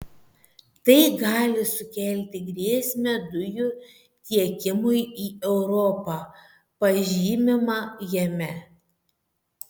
tai gali sukelti grėsmę dujų tiekimui į europą pažymima jame